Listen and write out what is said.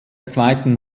zweiten